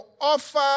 offer